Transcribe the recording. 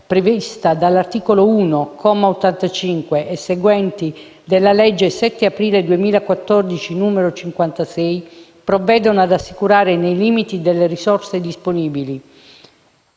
previsto dall'articolo 1, comma 85 e seguenti, della legge 7 aprile 2014, n. 56, provvedono ad assicurare, nei limiti delle risorse disponibili: